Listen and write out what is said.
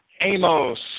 Amos